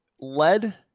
lead